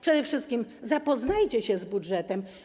Przede wszystkim zapoznajcie się z budżetem.